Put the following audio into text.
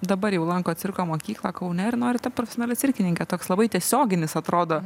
dabar jau lanko cirko mokyklą kaune ir nori tapt profesionale cirkininke toks labai tiesioginis atrodo